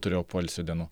turėjau poilsio dienų